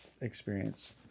experience